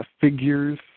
figures